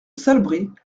salbris